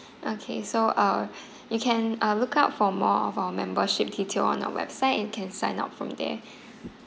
okay so uh you can uh look up for more of our membership detail on our website and can sign up from there